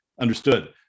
understood